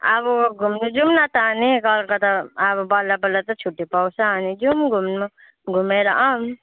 अब घुम्न जाऊँ न त अनि कलकत्ता अब बल्ल बल्ल त छुट्टी पाउँछ अनि जाऊँ घुम्नु घुमेर आऊँ